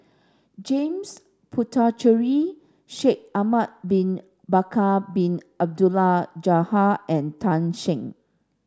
James Puthucheary Shaikh Ahmad bin Bakar Bin Abdullah Jabbar and Tan Shen